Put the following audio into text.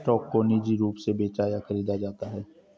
stock को निजी रूप से बेचा या खरीदा जाता है